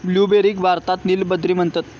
ब्लूबेरीक भारतात नील बद्री म्हणतत